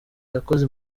yakoze